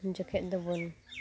ᱡᱚᱠᱷᱮᱱᱫᱚ ᱵᱚᱱ